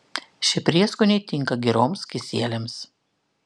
šie prieskoniai tinka giroms kisieliams